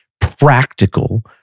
practical